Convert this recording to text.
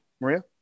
Maria